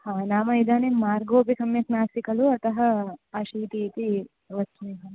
हा नाम इदानीं मार्गोपि सम्यक् नास्ति खलु अतः अशीतिः इति वच्मि